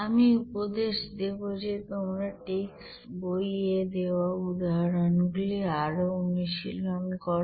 আমি উপদেশ দেবো যে তোমরা টেক্সট বই দেওয়া উদাহরণ গুলি আরো অনুশীলন করো